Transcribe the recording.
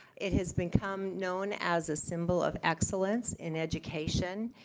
it has become known as a symbol of excellence in education.